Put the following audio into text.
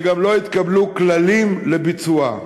וגם לא התקבלו כללים לביצועה.